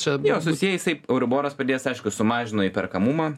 čia jo susiję jisai euriboras padidėjęs aišku sumažino įperkamumą